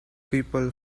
people